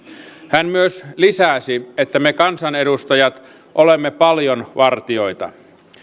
hän myös lisäsi että me kansanedustajat olemme paljon vartijoita